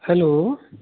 hello